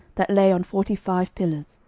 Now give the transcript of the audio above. that lay on forty five pillars,